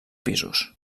pisos